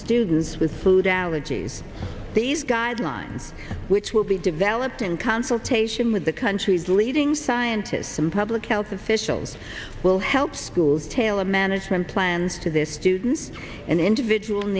students with food allergies these guidelines which will be developed in consultation with the country's leading scientists and public health officials will help schools tailor management plans to this students and individual